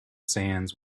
sands